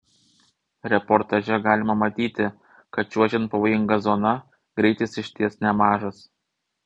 reportaže galima matyti kad čiuožiant pavojinga zona greitis iš ties nemažas